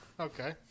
Okay